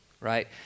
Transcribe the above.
right